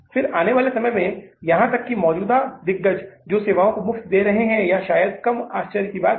फिर आने वाले समय में यहां तक कि मौजूदा दिग्गज जो सेवाओं को मुफ्त में दे रहे हैं या शायद कम आश्चर्य की बात है